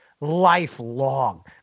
lifelong